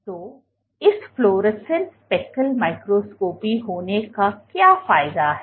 तो इस fluorescent speckle microscopy होने का क्या फायदा है